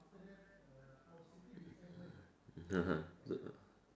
(uh huh) good ah